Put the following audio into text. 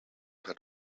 had